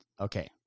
Okay